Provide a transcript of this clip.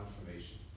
information